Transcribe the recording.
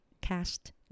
cast